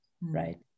right